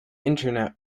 internet